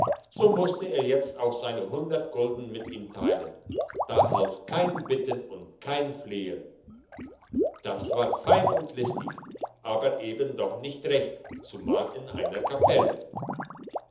so musste er jetzt auch seine hundert gulden mit ihm teilen da half kein bitten und kein flehen das war fein und listig aber eben doch nicht recht zumal in einer kapelle